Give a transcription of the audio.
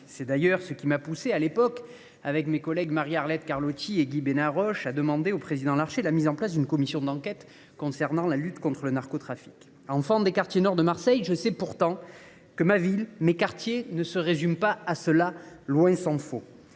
C’est d’ailleurs ce qui m’a poussé, avec mes collègues Marie Arlette Carlotti et Guy Benarroche, à demander au président Larcher la mise en place d’une commission d’enquête sur le narcotrafic. Enfant des quartiers nord de Marseille, je sais pourtant que ma ville, mes quartiers, ne se résument pas à cela – tant s’en faut.